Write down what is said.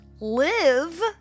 Live